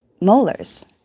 molars